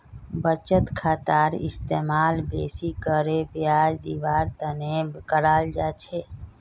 बचत खातार इस्तेमाल बेसि करे ब्याज दीवार तने कराल जा छे